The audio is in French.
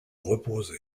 reposer